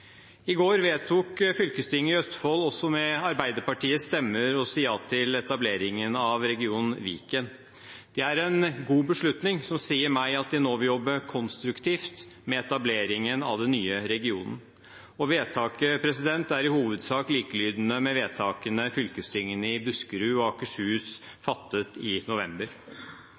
I går vedtok fylkestinget i Østfold, også med Arbeiderpartiets stemmer, å si ja til etableringen av region Viken. Det er en god beslutning, som sier meg at de nå vil jobbe konstruktivt med etableringen av den nye regionen. Vedtaket er i hovedsak likelydende med vedtakene fylkestingene i Buskerud og Akershus fattet i november.